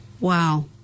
wow